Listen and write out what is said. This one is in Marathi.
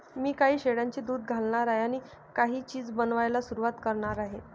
मी काही शेळ्यांचे दूध घालणार आहे आणि काही चीज बनवायला सुरुवात करणार आहे